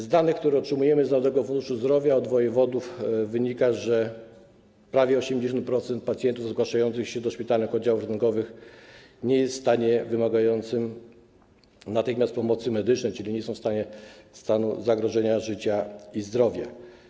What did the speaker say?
Z danych, jakie otrzymujemy z Narodowego Funduszu Zdrowia i od wojewodów, wynika, że prawie 80% pacjentów zgłaszających się do szpitalnych oddziałów ratunkowych nie jest w stanie wymagającym natychmiastowej pomocy medycznej, czyli stanie zagrożenia życia i zdrowia.